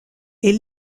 est